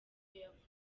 yavuze